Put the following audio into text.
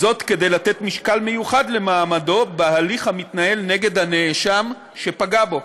כדי לתת משקל מיוחד למעמדו בהליך המתנהל נגד נאשם שפגע בו.